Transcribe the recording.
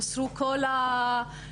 הוסרו כל המגבלות.